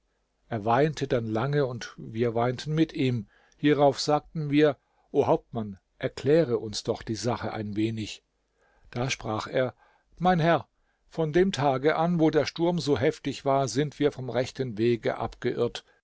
er weinte dann lange und wir weinten mit ihm hierauf sagten wir o hauptmann erkläre uns doch die sache ein wenig da sprach er mein herr von dem tage an wo der sturm so heftig war sind wir vom rechten wege abgeirrt